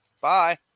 Bye